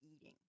eating